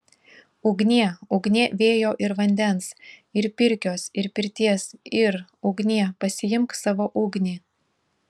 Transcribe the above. ugnie ugnie vėjo ir vandens ir pirkios ir pirties ir ugnie pasiimk savo ugnį